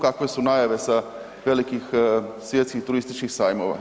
Kakve su najave sa velikih svjetskih turističkih sajmova?